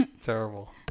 Terrible